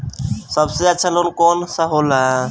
सबसे अच्छा लोन कौन सा होला?